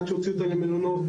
עד שהוציאו אותם למלונות.